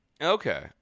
Okay